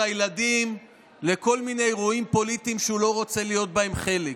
הילדים לכל מיני אירועים פוליטיים שהוא לא רוצה להיות בהם חלק.